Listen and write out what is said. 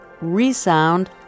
resound